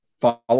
follow